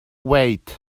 wait